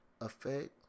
effect